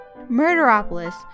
Murderopolis